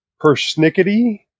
persnickety